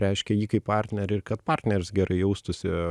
reiškia jį kaip partnerį ir kad partneris gerai jaustųsi